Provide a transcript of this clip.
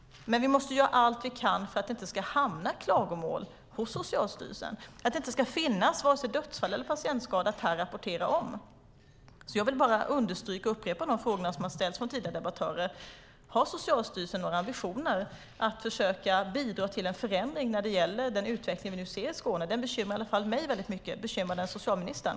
Vi måste göra allt vi kan för att det inte ska hamna klagomål hos Socialstyrelsen och att det inte ska finnas vare sig dödsfall eller patientskador att rapportera om. Jag vill bara understryka och upprepa de frågor som ställts från tidigare debattörer: Har Socialstyrelsen några ambitioner att försöka bidra till en förändring av den utveckling vi nu ser i Skåne? Den bekymrar i alla fall mig väldigt mycket. Bekymrar den socialministern?